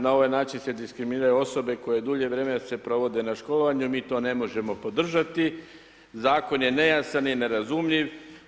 Na ovaj način se diskriminiraju osobe koje dulje vremena se provode na školovanju, mi to ne možemo podržati, zakon je nejasan i nerazumljiv.